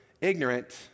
ignorant